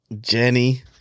Jenny